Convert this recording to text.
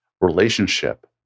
relationship